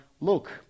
Look